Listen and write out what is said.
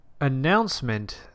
announcement